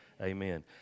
amen